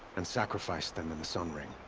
and sacrificed them in the sun ring.